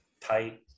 tight